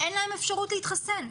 אין להם אפשרות להתחסן.